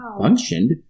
functioned